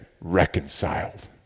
reconciled